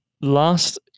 Last